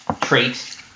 trait